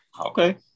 Okay